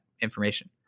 information